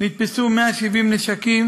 נתפסו 170 כלי נשק,